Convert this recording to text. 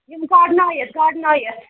یم گرنٲیتھ گرنٲیتھ